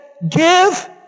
Give